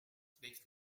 speak